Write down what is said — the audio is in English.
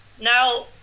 now